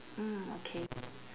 mm okay